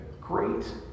great